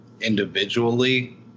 individually